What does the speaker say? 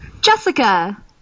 Jessica